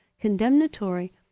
condemnatory